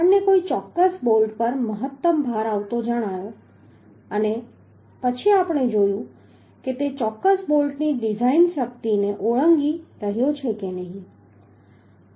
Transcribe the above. આપણને કોઈ ચોક્કસ બોલ્ટ પર મહત્તમ ભાર આવતો જણાયો પછી આપણે જોયું કે તે ચોક્કસ બોલ્ટની ડિઝાઇન શક્તિને ઓળંગી રહ્યો છે કે નહીં